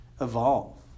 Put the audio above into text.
evolve